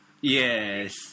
Yes